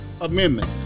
Amendment